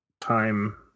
time